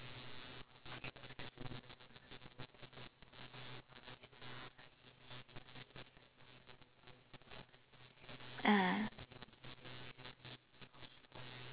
ah